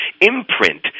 imprint